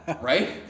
right